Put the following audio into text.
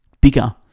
bigger